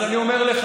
אז אני אומר לך,